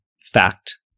fact